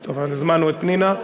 אז הזמנו את פנינה,